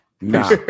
Nah